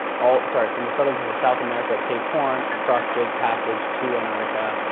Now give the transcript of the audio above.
ah sorry from the southern tip of south america at cape horn, across drake passage, to antarctica.